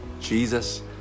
Jesus